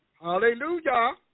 hallelujah